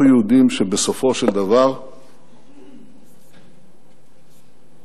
אנחנו יודעים שבסופו של דבר מי שישמור על